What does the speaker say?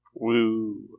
Woo